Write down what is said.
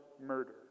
murder